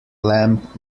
lamb